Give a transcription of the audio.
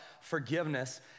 forgiveness